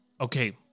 Okay